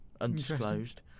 undisclosed